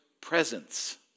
presence